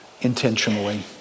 intentionally